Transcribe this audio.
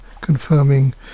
confirming